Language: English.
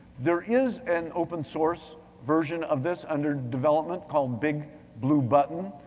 there is an open source version of this under development called big blue button,